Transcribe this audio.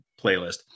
playlist